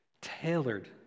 tailored